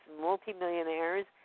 multimillionaires